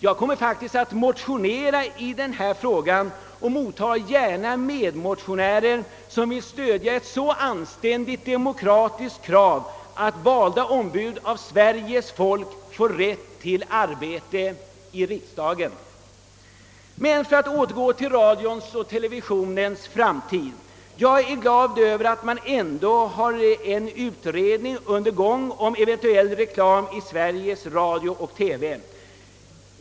Jag kommer faktiskt att motionera i denna fråga och mottar gärna medmotionärer som vill stödja ett så anständigt demokratiskt krav som att ombud valda av Sveriges folk får rätt att arbeta — i riksdagen. Men jag skall återgå till radions och TV:ns framtid. Jag är glad över att en utredning ändå sysslar med frågan om eventuell reklam i Sveriges radio-TV.